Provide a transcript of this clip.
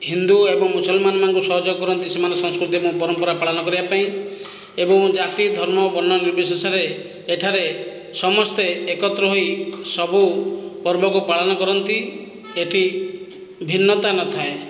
ହିନ୍ଦୁ ଏବଂ ମୁସଲମାନ୍ ମାନଙ୍କୁ ସହଯୋଗ କରନ୍ତି ସେମାନେ ସଂସ୍କୃତି ଏବଂ ପରମ୍ପରା ପାଳନ କରିବା ପାଇଁ ଏବଂ ଜାତି ଧର୍ମ ବର୍ଣ୍ଣ ନିର୍ବିଶେଷରେ ଏଠାରେ ସମସ୍ତେ ଏକତ୍ର ହୋଇ ସବୁ ପର୍ବକୁ ପାଳନ କରନ୍ତି ଏଇଠି ଭିନ୍ନତା ନଥାଏ